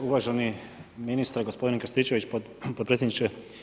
Uvaženi ministre, gospodine Krstičević, podpredsjedniče.